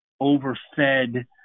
overfed